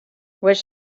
wish